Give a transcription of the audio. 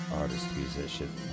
artist-musician